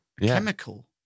chemical